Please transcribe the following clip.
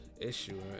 issue